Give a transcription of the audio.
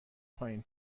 پایین